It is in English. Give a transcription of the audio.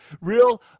real